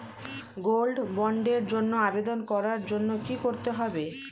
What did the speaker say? Gold বন্ডের জন্য আবেদন করার জন্য কি করতে হবে?